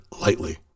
lightly